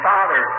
Father